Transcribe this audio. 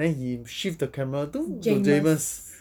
then he shift the camera to to jamus